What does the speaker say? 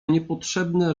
niepotrzebne